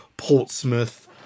Portsmouth